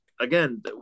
again